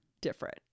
different